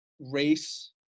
race